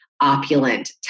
opulent